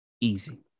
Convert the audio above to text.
easy